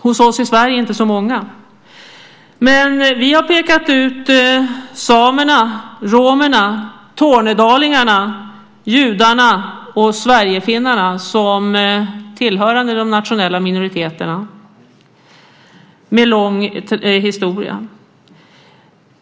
Hos oss i Sverige är de inte så många. Men vi har pekat ut samerna, romerna, tornedalingarna, judarna och sverigefinnarna som tillhörande de nationella minoriteterna med en lång historia.